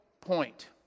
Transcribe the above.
point